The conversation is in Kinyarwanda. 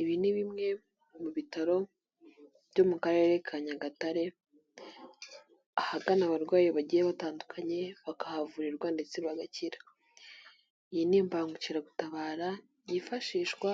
Ibi ni bimwe mu bitaro byo mu Karere ka Nyagatare, ahagana abarwayi bagiye batandukanye bakahavurirwa, ndetse bagakira. Iyi ni imbangukiragutabara yifashishwa